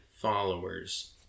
followers